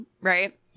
right